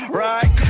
right